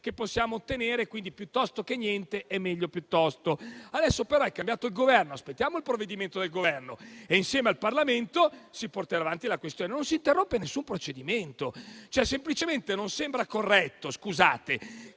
che possiamo ottenere, quindi, piuttosto che niente, è meglio piuttosto! Adesso, però, è cambiato il Governo. Aspettiamo il provvedimento del Governo e insieme al Parlamento si porterà avanti la questione; non si interrompe alcun procedimento. È una questione di correttezza,